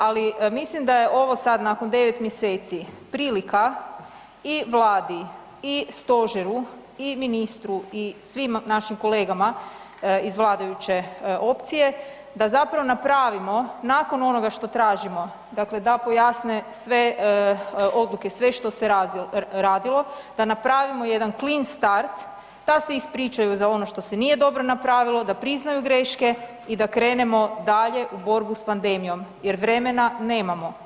Ali mislim da je ovo sad nakon 9 mjeseci prilika i Vladi i Stožeru i ministru i svim našim kolegama iz vladajuće opcije da zapravo napravimo nakon onoga što tražimo, dakle da pojasne sve odluke, sve što se radilo, da napravimo jedan clean start, da se ispričaju za ono što se nije dobro napravilo, da priznaju greške i da krenemo dalje u borbu sa pandemijom jer vremena nemamo.